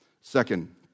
Second